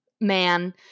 man